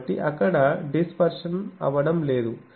కాబట్టి అక్కడ డిస్పెర్షన్ అవ్వడం లేదు